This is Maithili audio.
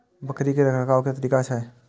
बकरी के रखरखाव के कि तरीका छै?